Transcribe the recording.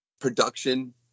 production